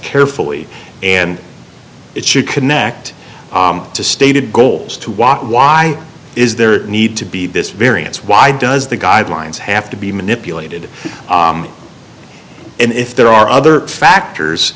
carefully and it should connect to stated goals to walk why is there need to be this variance why does the guidelines have to be manipulated and if there are other factors